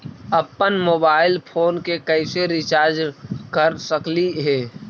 अप्पन mobile phone के कैसे रिचार्ज कर सकली हे?